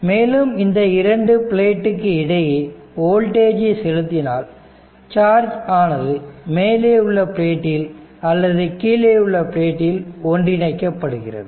மேலும் இந்த இரண்டு பிளேட்டுக்கு இடையே வோல்டேஜை செலுத்தினால் சார்ஜ் ஆனது மேலே உள்ள பிளேட்டில் அல்லது கீழே உள்ள பிளேட்டில் ஒன்றிணைக்க படுகிறது